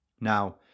Now